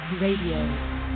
Radio